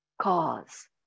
cause